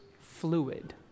fluid